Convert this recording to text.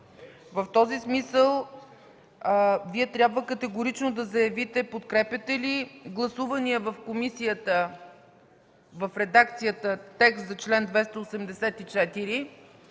В този смисъл Вие трябва категорично да заявите подкрепяте ли гласувания в комисията, в редакцията текст за чл. 284,